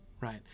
right